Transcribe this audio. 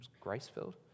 grace-filled